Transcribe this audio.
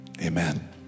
amen